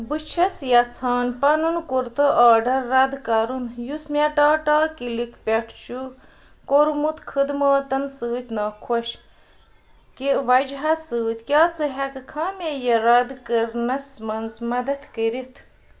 بہٕ چھَس یژھان پَنُن کُرتہٕ آرڈر رَد کَرُن یُس مےٚ ٹاٹا کِلِک پٮ۪ٹھ چھُ کوٚرمُت خدماتَن سۭتۍ ناخوش کہِ وجہٕ سۭتۍ کیٛاہ ژٕ ہٮ۪کہٕ کھا مےٚ یہِ رَد کرنَس منٛز مدتھ کٔرتھ